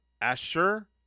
Asher